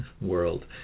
world